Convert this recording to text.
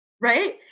Right